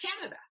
Canada